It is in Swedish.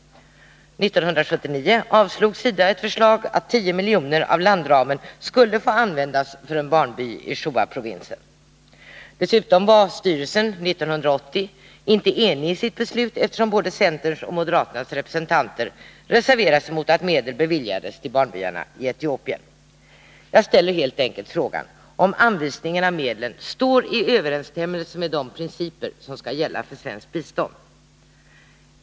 År 1979 avslog SIDA ett förslag att 10 milj.kr. av landramen skulle få användas för en barnby i Shoa-provinsen. Dessutom var styrelsen 1980 inte enig i sitt beslut, eftersom både centerns och moderaternas representanter reserverade sig mot att medel beviljades till barnbyarna i Etiopien. Jag ställer därför frågan om anvisningen av medlen står i överensstämmelse med de principer som skall gälla för svenskt bistånd.